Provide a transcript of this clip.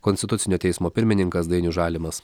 konstitucinio teismo pirmininkas dainius žalimas